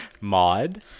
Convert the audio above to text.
mod